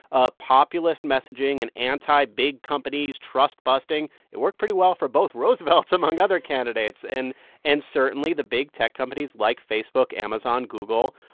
ah populist messaging and anti-big companies, trust-busting, it worked pretty well for both roosevelts, among other candidates. and and certainly the big tech companies like facebook, amazon, google,